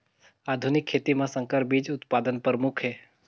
आधुनिक खेती म संकर बीज उत्पादन प्रमुख हे